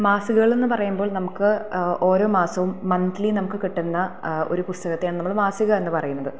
മാസികകൾ എന്ന് പറയുമ്പോൾ നമുക്ക് ഓരോ മാസവും മന്ത്ലി നമുക്ക് കിട്ടുന്ന ഒരു പുസ്തകത്തെയാണ് നമ്മള് മാസിക എന്ന് പറയുന്നത്